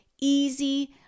easy